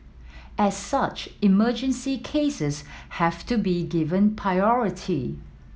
as such emergency cases have to be given priority